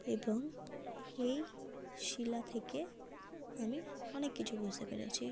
এবং এই শিলা থেকে আমি অনেক কিছু বুঝতে পেরেছি